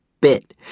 bit